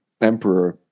emperor